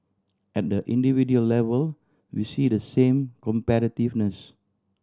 and individual level we see the same competitiveness